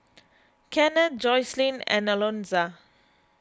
Kennth Jocelyn and Alonza